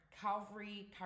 Calvary